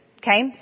Okay